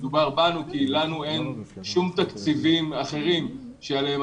בנו כי לנו אין שום תקציבים אחרים עליהם